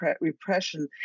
repression